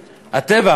הטבע,